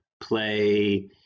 play